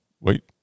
wait